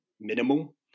minimal